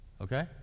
Okay